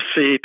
see